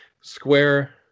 Square